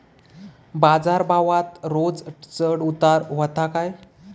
बाजार भावात रोज चढउतार व्हता काय?